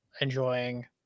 enjoying